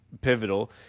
pivotal